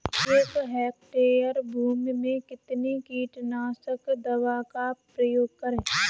एक हेक्टेयर भूमि में कितनी कीटनाशक दवा का प्रयोग करें?